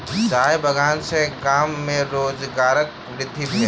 चाय बगान सॅ गाम में रोजगारक वृद्धि भेल